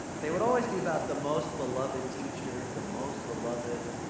they would always be about the most beloved teacher, the most beloved